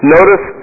Notice